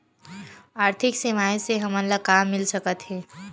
आर्थिक सेवाएं से हमन ला का मिल सकत हे?